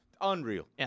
Unreal